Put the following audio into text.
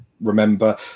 remember